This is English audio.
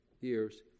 years